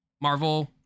Marvel